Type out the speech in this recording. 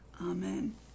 Amen